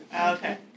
Okay